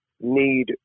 need